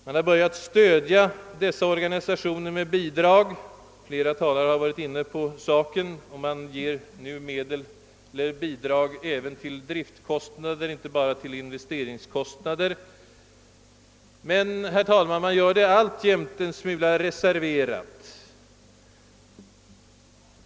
Man har börjat stödja dessa organisationer med bidrag — flera talare har varit inne på det — och man ger nu bidrag inte bara till investeringskostnader utan även till driftkostnader. Men man gör det alltjämt en smula reserverat.